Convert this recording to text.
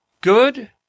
good